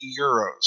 euros